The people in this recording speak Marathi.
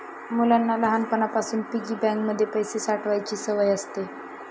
मुलांना लहानपणापासून पिगी बँक मध्ये पैसे साठवायची सवय असते